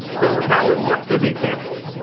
so now we will work through the example.